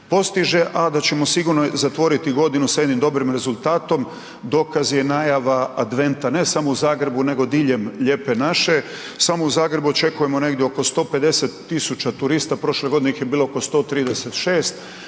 postiže, a da ćemo sigurno zatvoriti godinu sa jednim dobrim rezultatom, dokaz je najava adventa ne samo u Zagrebu nego diljem Lijepe naše. Samo u Zagrebu očekujemo negdje oko 150 tisuća turista, prošle godine ih je bilo oko 136.